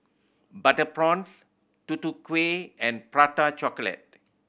butter prawns Tutu Kueh and Prata Chocolate